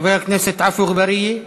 חבר הכנסת עפו אגבאריה?